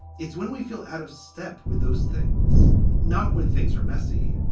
it's when we feel out of step with those things, not when things are messy,